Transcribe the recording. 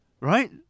Right